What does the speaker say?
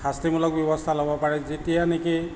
শাস্তিমূলক ব্যৱস্থা ল'ব পাৰে যেতিয়া নেকি